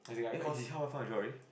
eh no he help her found a job already